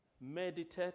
Meditate